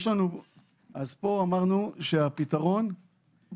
אמרנו שהפתרון פה